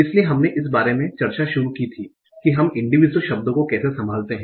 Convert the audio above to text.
इसलिए हमने इस बारे में चर्चा शुरू की थी कि हम इंडिविजूयल शब्दों को कैसे संभालते हैं